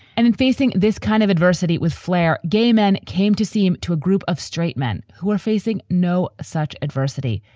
and in facing this kind of adversity with flair. gay men came to see him to a group of straight men who are facing no such adversity,